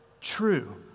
true